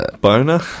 boner